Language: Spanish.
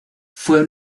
fue